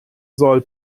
soll